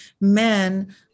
men